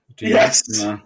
Yes